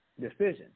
decision